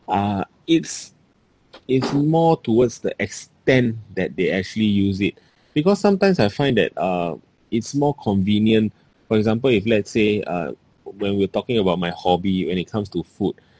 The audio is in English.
uh it's it's more towards the extent that they actually use it because sometimes I find that uh it's more convenient for example if let's say uh when we were talking about my hobby when it comes to food